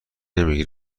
نمیگی